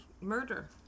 murder